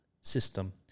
system